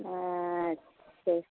ठीक